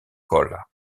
colla